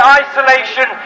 isolation